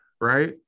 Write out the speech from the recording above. right